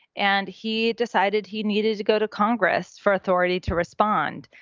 and he decided he needed to go to congress for authority to respond.